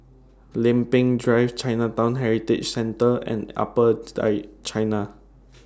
Lempeng Drive Chinatown Heritage Centre and Upper Changi